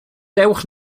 dewch